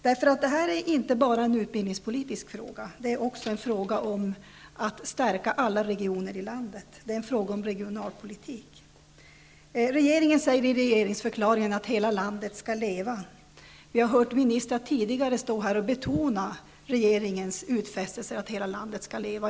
Det här är inte bara en utbildningspolitisk fråga, utan det är också en fråga om att stärka alla regioner i landet. Det är en regionalpolitisk fråga. Regeringen säger i regeringsförklaringen att hela landet skall leva. Vi har hört ministrar tidigare stå här och betona regeringens utfästelser om att hela landet skall leva.